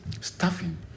staffing